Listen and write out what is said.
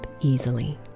easily